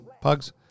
Pugs